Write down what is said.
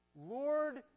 Lord